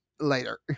later